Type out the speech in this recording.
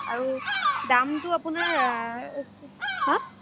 আৰু দামটো আপোনাৰ হা